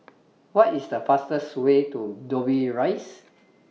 What IS The fastest Way to Dobbie Rise